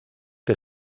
que